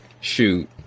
shoot